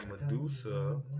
Medusa